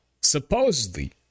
supposedly